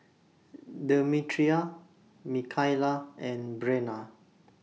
Demetria Mikaila and Brenna